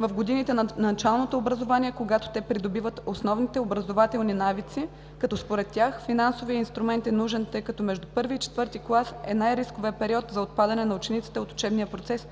в годините на началното образование, когато те придобиват основните образователни навиците, като според тях финансовият инструмент е нужен, тъй като между първи и четвърти клас е най-рисковият период за отпадане на ученици от учебния процес,